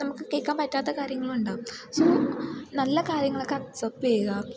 നമുക്ക് കേൾക്കാൻ പറ്റാത്ത കാര്യങ്ങളുണ്ടാകും സോ നല്ല കാര്യങ്ങളൊക്കെ അക്സെപ്റ്റ് ചെയ്യുക